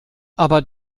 aber